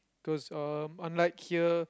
cause um unlike here